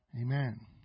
Amen